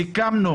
סיכמנו,